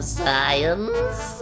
science